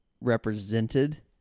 represented